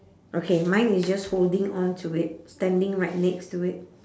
okay mine is just holding on to it standing right next to it